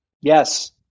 yes